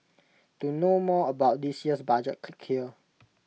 to know more about this year's budget click here